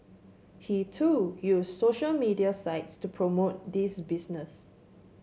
he too used social media sites to promote this business